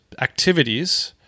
activities